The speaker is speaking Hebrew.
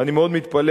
ואני מאוד מתפלא,